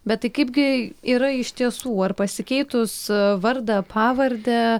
bet tai kaipgi yra iš tiesų ar pasikeitus vardą pavardę